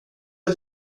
att